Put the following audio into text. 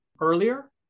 earlier